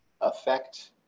affect